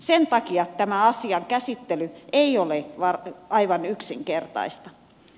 sen takia tämä asian käsittely ei ole aivan yksinkertaista